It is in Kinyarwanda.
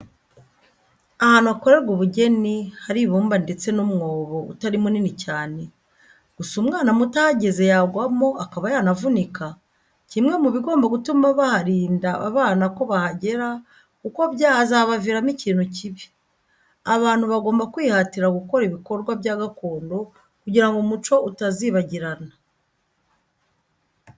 Ahantu hakorerwa ubugeni hari ibumba ndetse n'umwobo utari munini cyane, gusa umwana muto ahageze yagwamo akaba yanavunika, kimwe mubigomba gutuma baharinda abana ko bahagera kuko byazabaviramo ikintu kibi. Abantu bagomba kwihatira gukora ibikorwa bya gakondo kugira ngo umuco utazibagirana.